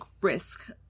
Risk